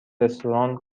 رستوران